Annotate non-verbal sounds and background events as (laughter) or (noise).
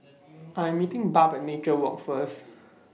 (noise) I'm meeting Barb At Nature Walk First